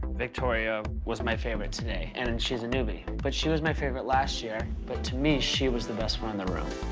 victoria was my favorite today and and she's a newbie. but she was my favorite last year. but to me, she was the best one in the room.